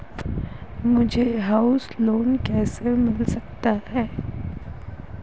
मुझे house loan कैसे मिल सकता है?